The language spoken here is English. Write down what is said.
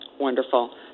Wonderful